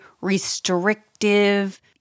restrictive